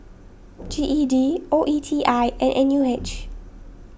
G E D O E T I and N U H